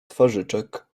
twarzyczek